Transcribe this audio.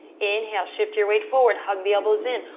inhale, shift your weight forward, hug the elbows in,